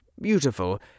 beautiful